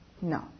No